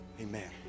amen